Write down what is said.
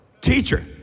teacher